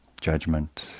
judgment